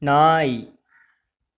நாய்